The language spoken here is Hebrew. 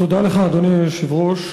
תודה לך, אדוני היושב-ראש.